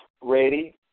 ready